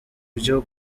vyo